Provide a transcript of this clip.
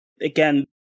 again